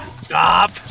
Stop